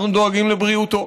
אנחנו דואגים לבריאותו.